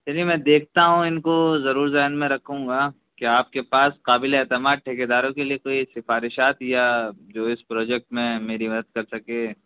چلیے میں دیکھتا ہوں اِن کو ضرور ذہن میں رکھوں گا کیا آپ کے پاس قابل اعتماد ٹھیکییداروں کے لیے کوئی سفارشات یا جو اِس پروجیکٹ میں میری مدد کر سکے